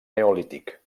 neolític